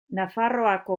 nafarroako